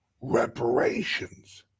reparations